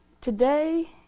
today